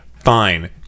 fine